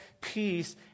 peace